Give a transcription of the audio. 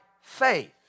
faith